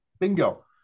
bingo